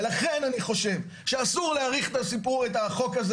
לכן אני חושב שאסור להאריך את החוק הזה